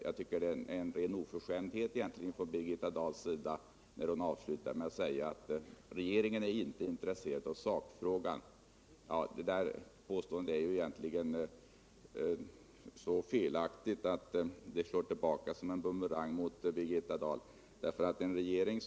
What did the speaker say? Jag tycker det är en ren oförskämdhet när Birgitta Dahl avslutar med att säga att regeringen inte är intresserad av sakfrågan. Det påståendet är - Nr 154 egentligen så felaktigt att det slår tillbaka som en bumerang mot Birgitta Dahl. Fredagen den AM påstå att en regering.